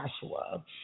Joshua